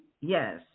Yes